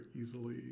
easily